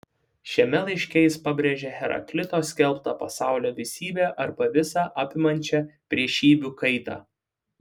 šiame laiške jis pabrėžia heraklito skelbtą pasaulio visybę arba visą apimančią priešybių kaitą